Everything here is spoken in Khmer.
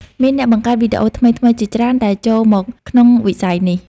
មានអ្នកបង្កើតវីដេអូថ្មីៗជាច្រើនដែលចូលមកក្នុងវិស័យនេះ។